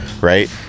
right